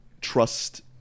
trust